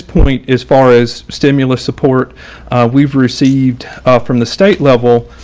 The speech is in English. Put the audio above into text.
point as far as stimulus support we've received from the state level,